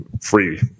free